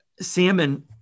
Salmon